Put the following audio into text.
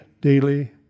daily